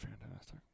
Fantastic